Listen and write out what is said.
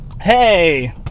Hey